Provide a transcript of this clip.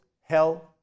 hell